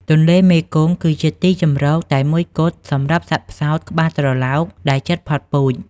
ទន្លេមេគង្គគឺជាទីជម្រកតែមួយគត់សម្រាប់សត្វផ្សោតក្បាលត្រឡោកដែលជិតផុតពូជ។